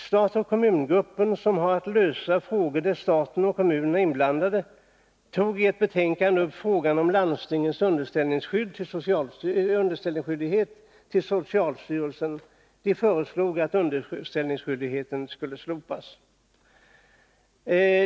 Stat-kommun-gruppen, som har att lösa frågor där staten och kommunerna är inblandade, tog i ett betänkande upp frågan om landstingens underställningsskyldighet till socialstyrelsen. Den föreslog att underställningsskyldigheten skulle slopas.